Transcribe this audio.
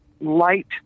light